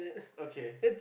okay